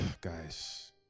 guys